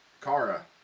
Kara